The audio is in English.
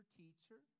teacher